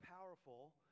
powerful